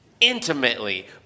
intimately